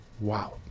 Wow